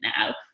now